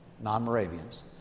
non-Moravians